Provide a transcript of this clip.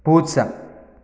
പൂച്ച